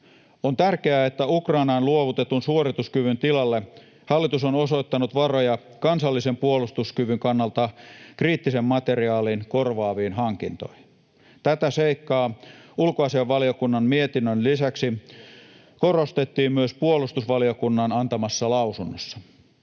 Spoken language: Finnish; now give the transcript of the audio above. On tärkeää, että Ukrainaan luovutetun suorituskyvyn tilalle hallitus on osoittanut varoja kansallisen puolustuskyvyn kannalta kriittisen materiaalin korvaaviin hankintoihin. Tätä seikkaa ulkoasiainvaliokunnan mietinnön lisäksi korostettiin myös puolustusvaliokunnan antamassa lausunnossa.